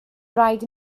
rhaid